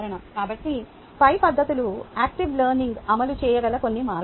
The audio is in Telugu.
కాబట్టి పై పద్ధతులు యాక్టివ్ లెర్నింగ్ అమలు చేయగల కొన్ని మార్గాలు